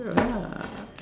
ya